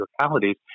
localities